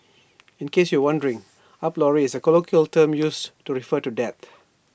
in case you were wondering up lorry is A colloquial term used to refer to death